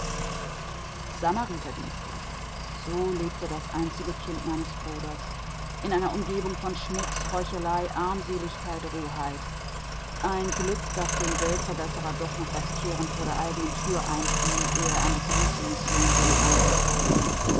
samariterdienste so lebte das einzige kind meines bruders in einer umgebung von schmutz heuchelei armseligkeit roheit ein glück daß dem weltverbesserer doch noch das kehren vor der eigenen tür einfiel ehe er an die große mission ging anderen zu helfen